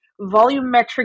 volumetric